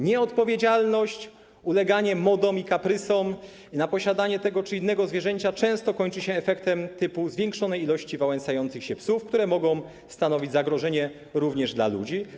Nieodpowiedzialność, uleganie modom i kaprysom na posiadanie tego czy innego zwierzęcia często kończy się efektem zwiększonej liczby wałęsających się psów, które mogą stanowić również zagrożenie dla ludzi.